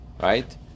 right